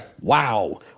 wow